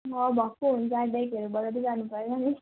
भ भक्कु हुन्छ डेकहरू बजाउँदै जानुपर्ला नि